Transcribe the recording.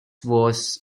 was